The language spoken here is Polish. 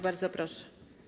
Bardzo proszę.